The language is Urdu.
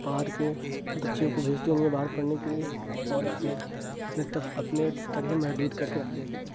باہر کے بچیوں کو بھیجتے نہیں ہیں باہر پڑھنے کے لیے اور اپنے اپنے تف اپنے تر ہی محدود کر کے رکھ لیتے ہیں